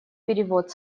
перевод